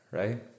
right